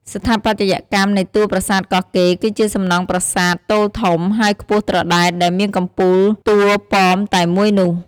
ស្ថាបត្យកម្មនៃតួរប្រាសាទកោះកេរ្ដិ៍ គឺជាសំណង់ប្រាសាទទោលធំ ហើយខ្ពស់ត្រដែត ដែលមានកំពូលតួប៉មតែមួយនោះ។